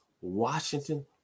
Washington